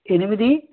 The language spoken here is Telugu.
ఎనిమిది